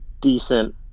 decent